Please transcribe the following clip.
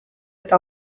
eta